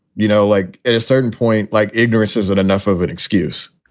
you know, like at a certain point, like ignorance. is it enough of an excuse?